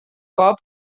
cop